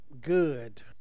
good